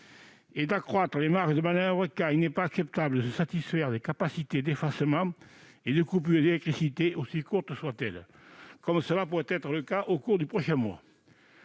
et d'accroître les marges de manoeuvre, car il n'est pas acceptable de se satisfaire des capacités d'effacement et de coupures d'électricité, aussi courtes soient-elles, comme cela pourrait être le cas au cours du prochain mois.